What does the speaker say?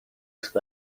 است